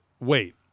wait